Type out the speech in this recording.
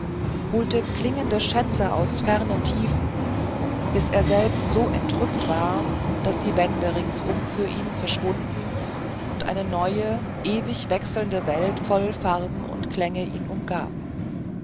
holte klingende schätze aus fernen tiefen bis er selbst so entrückt war daß die wände ringsum für ihn verschwunden und eine neue ewig wechselnde welt voll farben und klängen ihn umgab